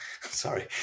sorry